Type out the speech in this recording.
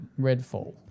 Redfall